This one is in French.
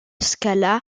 scala